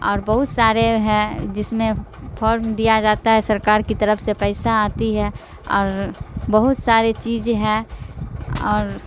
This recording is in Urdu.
اور بہت سارے ہے جس میں پھارم دیا جاتا ہے سرکار کی طرف سے پیسہ آتی ہے اور بہت سارے چیز ہے اور